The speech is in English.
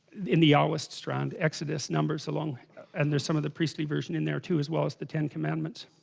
in the yahwist strand exodus numbers along and there's some of the priestly version in there too as, well as the ten commandments